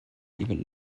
iddyn